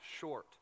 short